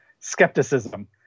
skepticism